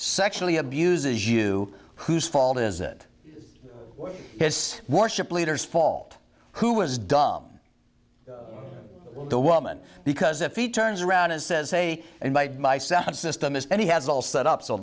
sexually abuses you whose fault is it this worship leaders fault who was dumb the woman because if he turns around and says hey and my sound system is and he has all set up so